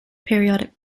periodic